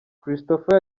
christopher